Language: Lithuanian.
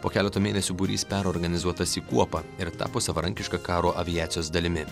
po keletų mėnesių būrys perorganizuotas į kuopą ir tapo savarankiška karo aviacijos dalimi